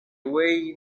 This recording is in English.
way